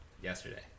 yesterday